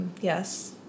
Yes